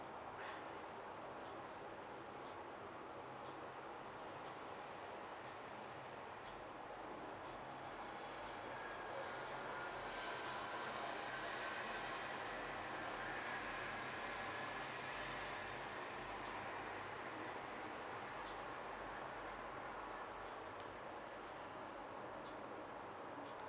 mm